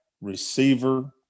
receiver